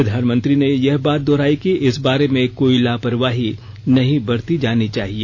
प्रधानमंत्री ने यह बात दोहराई कि इस बारे में कोई लापरवाही नहीं बरती जानी चाहिए